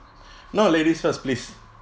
no ladies first please